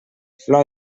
flor